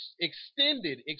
extended